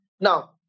Now